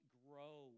grow